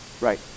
Right